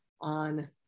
on